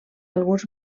alguns